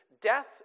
death